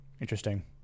Interesting